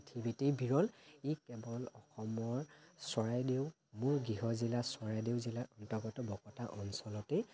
পৃথিৱীতে বিৰল ই কেৱল অসমৰ চৰাইদেউ মোৰ গৃহজিলা চৰাইদেউ জিলাৰ অন্তৰ্গত বকতা অঞ্চলতে